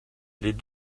les